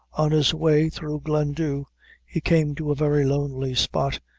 on his way through glendhu he came to a very lonely spot,